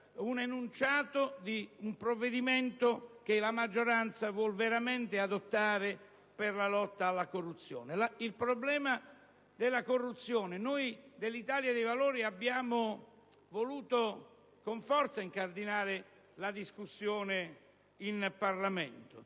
l'annuncio di un provvedimento che la maggioranza vuol veramente adottare per la lotta alla corruzione. Il problema della corruzione (noi del Gruppo dell'Italia dei Valori abbiamo voluto con forza incardinare questa discussione in Parlamento)